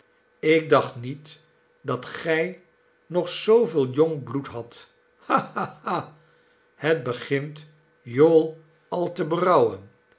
ik dacht niet dat gij nog zooveel jong bloed hadt ha ha ha het begint jowl al te berouwen